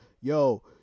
yo